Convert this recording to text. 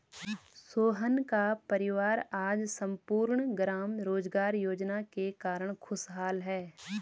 सोहन का परिवार आज सम्पूर्ण ग्राम रोजगार योजना के कारण खुशहाल है